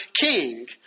king